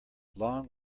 long